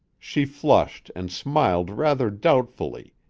she flushed and smiled rather doubtfully,